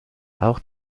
auch